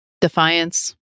Defiance